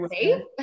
safe